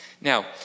Now